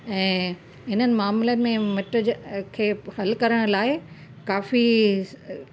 ऐं हिननि मामले में मिट जेके हल करण लाइ काफ़ी